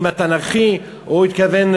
צריך להבין,